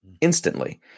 instantly